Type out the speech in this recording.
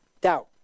doubt